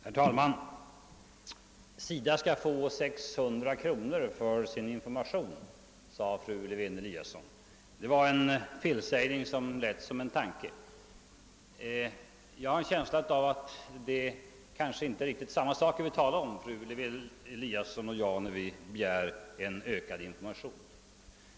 Herr talman! SIDA skall få 600 kronor för sin information, sade fru Lewén-Eliasson. Det var en felsägning som lät som en tanke! Jag har en känsla av att fru Lewén Eliasson och jag inte talar om riktigt samma saker när vi begär ökad information.